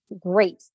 great